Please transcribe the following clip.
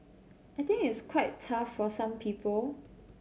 I think it's quite tough for some people